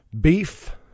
Beef